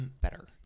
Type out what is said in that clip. better